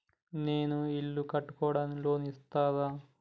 నేను ఇల్లు కట్టుకోనికి లోన్ ఇస్తరా?